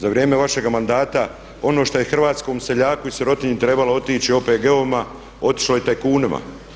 Za vrijeme vašega mandata ono što je hrvatskom seljaku i sirotinji trebalo otići, OPG-ovima otišlo je tajkunima.